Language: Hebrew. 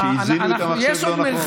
כשהזינו את המחשב לא נכון.